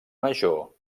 major